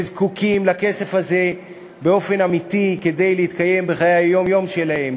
וזקוקים לכסף הזה באופן אמיתי כדי להתקיים בחיי היום-יום שלהם,